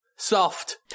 Soft